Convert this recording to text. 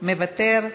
מוותר.